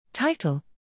Title